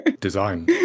Design